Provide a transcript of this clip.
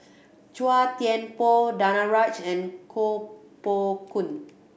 Chua Thian Poh Danaraj and Koh Poh Koon